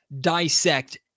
dissect